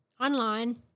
online